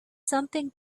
something